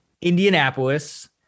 Indianapolis